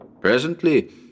Presently